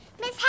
Miss